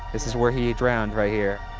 this is where he drowned right here.